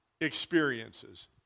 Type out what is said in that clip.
experiences